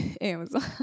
Amazon